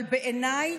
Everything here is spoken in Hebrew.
אבל בעיניי,